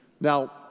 Now